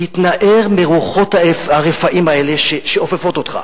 תתנער מרוחות הרפאים האלה שאופפות אותך,